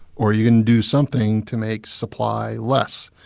or you can do something to make supply less.